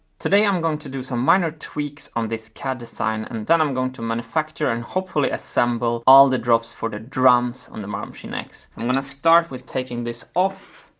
today i'm going to do some minor tweaks on this cad design and then i'm going to manufacture and hopefully assemble all the drops for the drums on the marble machine x. i'm going to start with taking this off